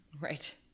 Right